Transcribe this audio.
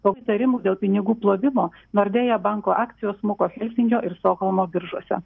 koks įtarimų dėl pinigų plovimo nordea banko akcijos smuko helsinkio ir stokholmo biržose